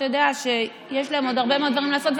שאתה יודע שיש להם עוד הרבה מאוד דברים לעשות,